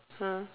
!huh!